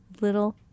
little